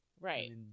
Right